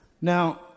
Now